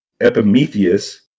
Epimetheus